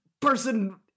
person